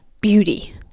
beauty